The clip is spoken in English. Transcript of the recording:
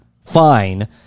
fine